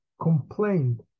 complained